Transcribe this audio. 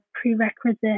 prerequisite